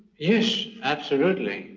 yes, absolutely.